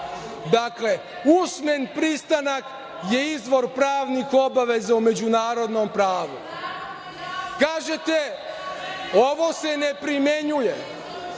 Dakle, usmen pristanak je izvor pravnih obaveza u međunarodnom pravu. Kažete – ovo se ne primenjuje.